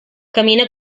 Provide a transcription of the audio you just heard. camina